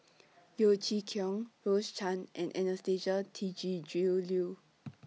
Yeo Chee Kiong Rose Chan and Anastasia Tjendri Liew